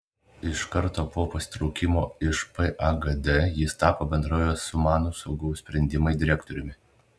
iš karto po pasitraukimo iš pagd jis tapo bendrovės sumanūs saugos sprendimai direktoriumi